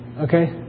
Okay